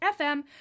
FM